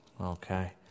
Okay